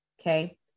Okay